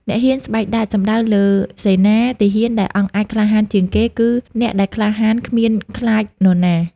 អ្នកហ៊ានស្បែកដាច សំដៅដល់សេនា ទាហានដែលអង់អាចក្លាហានជាងគេ គឺអ្នកដែលក្លាហានគ្មានខ្លាចនរណា ។